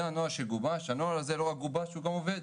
זה הנוהל שגובש והוא גם עובד.